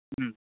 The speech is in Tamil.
ம்